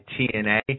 TNA